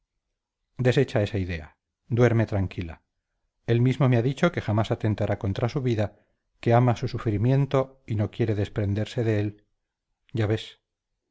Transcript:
desecha esa idea duerme tranquila él mismo me ha dicho que jamás atentará contra su vida que ama su sufrimiento y no quiere desprenderse de él ya ves